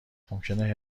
ممکنه